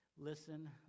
Listen